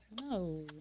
No